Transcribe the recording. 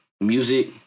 music